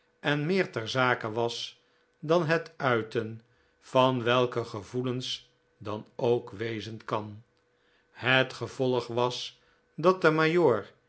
en meer ter zake was dan het uiten van welke gevoelens dan ook wezen kan het gevolg was dat de